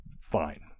fine